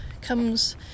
comes